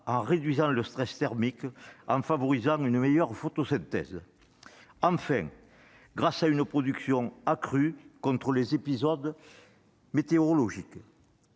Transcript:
et le stress thermique, en favorisant une meilleure photosynthèse, et en permettant une protection accrue contre les épisodes météorologiques.